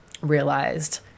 realized